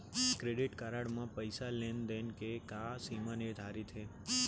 Credit card म पइसा लेन देन के का सीमा निर्धारित हे?